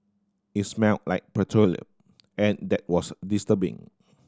it smelt like petroleum and that was disturbing